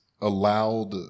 allowed